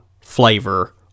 flavor